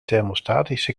thermostatische